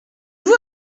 vous